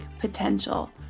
potential